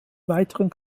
weiteren